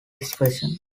expression